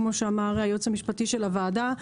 כפי שאמר היועץ המשפטי לוועדה,